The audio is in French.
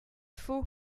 faux